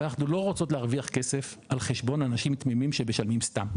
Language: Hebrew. אבל אנחנו לא רוצים להרוויח כסף על חשבון אנשים תמימים שמשלמים סתם.